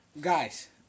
Guys